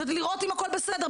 ולראות אם הכל בסדר,